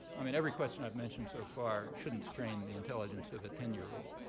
i mean, every question i've mentioned so far shouldn't strain the intelligence of a ten year old.